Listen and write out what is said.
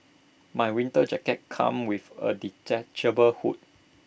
my winter jacket come with A detachable hood